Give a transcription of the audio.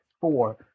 four